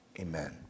Amen